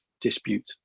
dispute